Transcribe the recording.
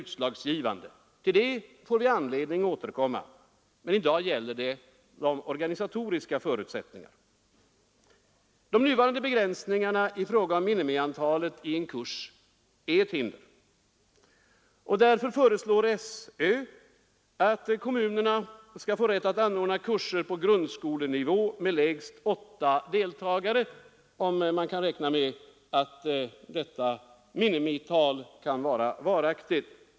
Till detta får vi anledning att återkomma, men i dag gäller det de organisatoriska förutsättningarna. De nuvarande begränsningarna i fråga om minimiantalet i en kurs är ett hinder. Därför föreslår SÖ att kommunerna skall få rätt att anordna kurser på grundskolenivå med lägst åtta deltagare, om man kan räkna med att detta minimital blir varaktigt.